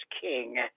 King